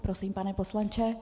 Prosím, pane poslanče.